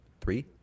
Three